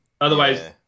otherwise